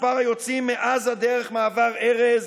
מספר היוצאים מעזה דרך מעבר ארז,